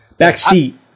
Backseat